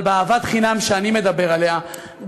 אבל באהבת חינם שאני מדבר עליה,